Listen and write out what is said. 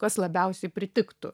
kas labiausiai pritiktų